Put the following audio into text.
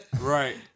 Right